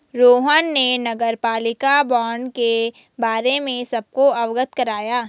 रोहन ने नगरपालिका बॉण्ड के बारे में सबको अवगत कराया